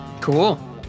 Cool